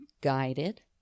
guided